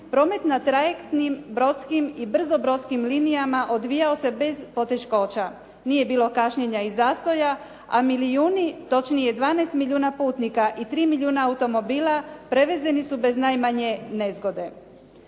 promet na trajektnim brodskim i brzo brodskim linijama odvijao se bez poteškoća. Nije bilo kašnjenja i zastoja, a milijuni točnije 12 milijuna putnika i 3 milijuna automobila prevezeni su bez najmanje nezgode.